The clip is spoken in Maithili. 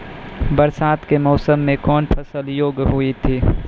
बरसात के मौसम मे कौन फसल योग्य हुई थी?